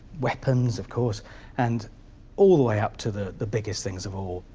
weapons of course and all the way up to the the biggest things of all,